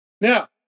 Now